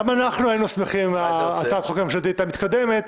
גם אנחנו היינו שמחים אם הצעת החוק הממשלתית הייתה מתקדמת,